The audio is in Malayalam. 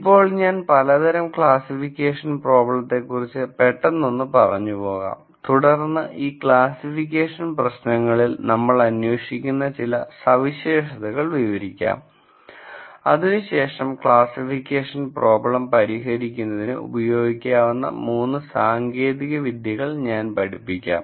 ഇപ്പോൾ ഞാൻ പലതരം ക്ലാസ്സിഫിക്കേഷൻ പ്രോബ്ലങ്ങളെക്കുറിച്ച് പെട്ടെന്ന് ഒന്ന് പറഞ്ഞു പോകാം തുടർന്ന് ഈ ക്ലാസ്സിഫിക്കേഷൻ പ്രശ്നങ്ങളിൽ നമ്മൾ അന്വേഷിക്കുന്ന ചില സവിശേഷതകൾ വിവരിക്കാം അതിനുശേഷം ക്ലാസ്സിഫിക്കേഷൻ പ്രോബ്ലം പരിഹരിക്കുന്നതിന് ഉപയോഗിക്കാവുന്ന മൂന്ന് സാങ്കേതിക വിദ്യകൾ ഞാൻ പഠിപ്പിക്കാം